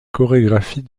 chorégraphie